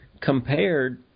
compared